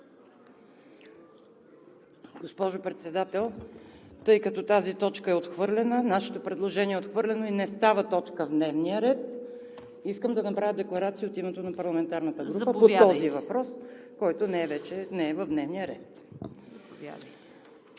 Госпожо Председател, тъй като тази точка е отхвърлена, нашето предложение е отхвърлено и не става точка в дневния ред, искам да направя декларация от името на парламентарната група по този въпрос, който не е в дневния ред.